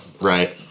Right